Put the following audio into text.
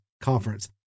Conference